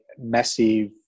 massive